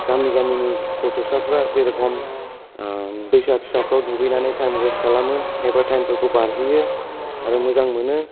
गामि गामिनि गथ'साफोरा जे रखम दैसा फिसाफोराव दुगैनानै टाइम वेस्ट खालामो एबा टाइमफोखौ बारहोयो आरो मोजां मोनो